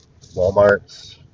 Walmarts